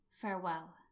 farewell